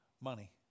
money